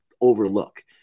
overlook